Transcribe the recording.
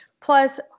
Plus